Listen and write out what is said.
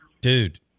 dude